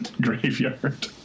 graveyard